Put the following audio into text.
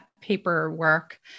paperwork